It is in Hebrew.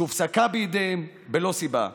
שהופסקה בידיהם בלא סיבה.